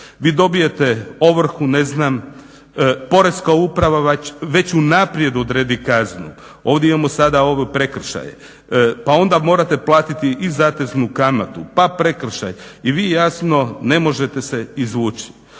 Vi dobijete ovrhu ne znam poreska uprava već unaprijed odredi kaznu. Ovdje imamo sada ove prekršaje pa onda morate platiti i zateznu kamatu, pa prekršaj i vi jasno ne možete se izvući.